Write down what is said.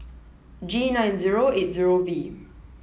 G nine zero eight zero V